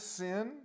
sin